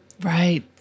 Right